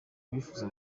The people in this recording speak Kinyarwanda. abifuza